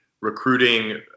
recruiting